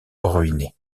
ruiné